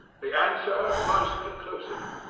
the answer was conclusive.